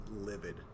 livid